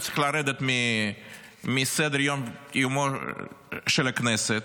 הוא צריך לרדת מסדר-יומה של הכנסת,